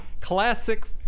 classic